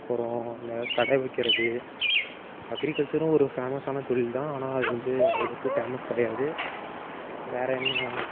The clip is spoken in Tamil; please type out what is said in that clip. அப்புறோம் இந்த கடை வைக்கிறது அக்ரிகல்ச்சரும் ஒரு ஃபேமஸான தொழில்தான் ஆனால் அது வந்து அவ்வளோக்கு ஃபேமஸ் கிடையாது வேறு என்ன